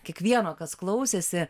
kiekvieno kas klausėsi